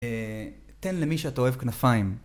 תן למי שאתה אוהב כנפיים